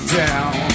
down